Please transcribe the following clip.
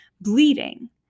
bleeding